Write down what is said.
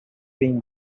been